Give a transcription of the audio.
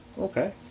Okay